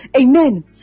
Amen